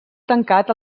tancat